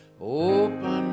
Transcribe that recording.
open